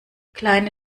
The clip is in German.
kleine